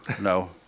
No